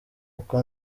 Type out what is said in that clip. uko